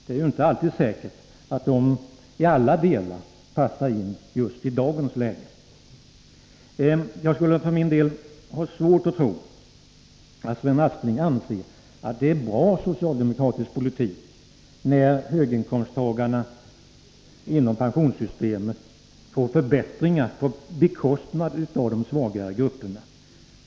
Det är inte säkert att de i alla delar passar in just i dagens läge. Jag har för min del svårt att tro att Sven Aspling anser att socialdemokratisk politik är bra när höginkomsttagarna inom pensionssystemet får förbättringar på bekostnad av de svagare grupperna.